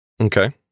Okay